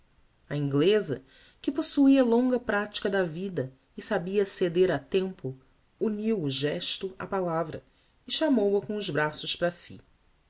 a ingleza que possuía longa pratica da vida e sabia ceder a tempo uniu o gesto á palavra e chamou-a com os braços para si